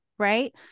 Right